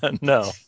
No